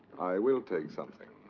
i will take something.